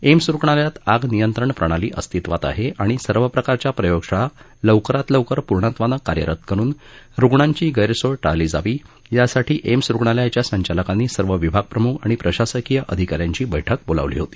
AIIMS रुग्णालयात आग नियंत्रण प्रणाली अस्तित्वात आहे आणि सर्व प्रकारच्या प्रयोगशाळा लवकरात लवकर पूर्णत्वानं कार्यरत करुन रुग्णांची गस्तीय टाळली जावी यासाठी एम्स रुग्णालयाच्या संचालकांनी सर्व विभागप्रमुख आणि प्रशासकीय अधिकाऱ्यांची बरुक्क बोलावली होती